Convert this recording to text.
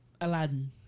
Aladdin